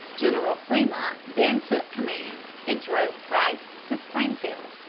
general fremont then took command, and drove price to springfield,